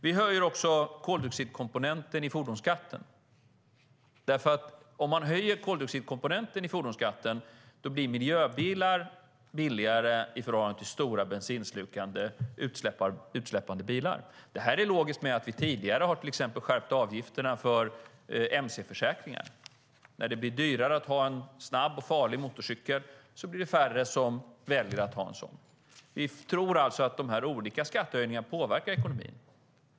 Vi höjer också koldioxidkomponenten i fordonsskatten, för om man gör det blir miljöbilar billigare i förhållande till stora bensinslukande bilar med stora utsläpp. Det är logiskt med att vi tidigare har skärpt avgifterna för mc-försäkringar. När det blir dyrare att ha en snabb och farlig motorcykel blir det färre som väljer att ha en sådan. Vi tror att de olika skattehöjningarna påverkar ekonomin.